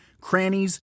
crannies